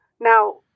Now